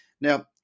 Now